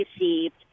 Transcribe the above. received